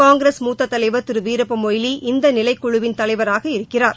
காங்கிரஸ் மூத்த தலைவர் திரு வீரப்பமொய்லி இந்த நிலைக் குழுவின் தலைவராக இருக்கிறார்